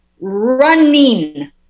running